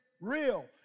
real